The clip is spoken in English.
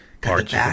parts